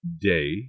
day